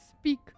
speak